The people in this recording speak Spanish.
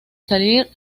salir